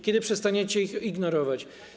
Kiedy przestaniecie ich ignorować?